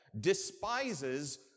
despises